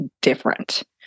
different